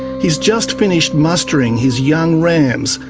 he's just finished mustering his young rams,